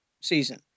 season